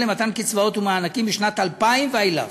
למתן קצבאות ומענקים בשנת 2000 ואילך.